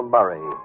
Murray